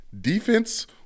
Defense